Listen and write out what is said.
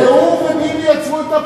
זה הוא וביבי יצרו את הפניקה.